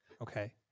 Okay